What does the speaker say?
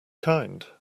kind